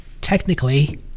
technically